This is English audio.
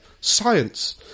science